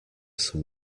some